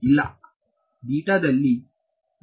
ಇಲ್ಲ ದಲ್ಲಿ